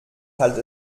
halt